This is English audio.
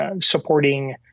Supporting